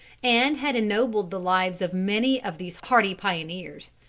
and had ennobled the lives of many of these hardy pioneers.